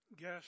guess